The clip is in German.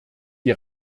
die